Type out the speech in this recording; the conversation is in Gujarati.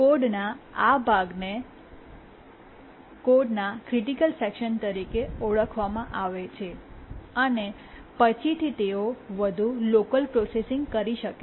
કોડના આ ભાગને કોડના ક્રિટિકલ સેકશન તરીકે ઓળખવામાં આવે છે અને પછીથી તેઓ વધુ લોકલ પ્રોસેસીંગ કરી શકે છે